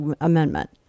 Amendment